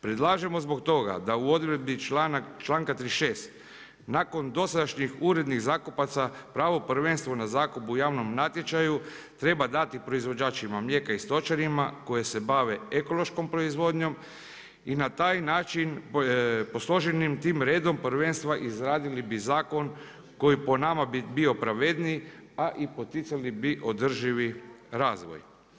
Predlažemo zbog toga da u odredbi članka 36 nakon dosadašnjih urednih zakupaca pravo prvenstva na zakup u javnom natječaju treba dati proizvođačima mlijeka i stočarima koji se bave ekološkom proizvodnjom i na taj način posloženim tim redom prvenstva izradili bi zakon koji po nama bi bio pravedniji a i poticali bi održivi razvoj.